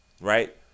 right